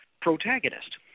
protagonist